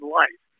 life